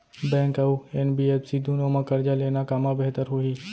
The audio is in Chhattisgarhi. बैंक अऊ एन.बी.एफ.सी दूनो मा करजा लेना कामा बेहतर होही?